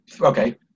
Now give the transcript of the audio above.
okay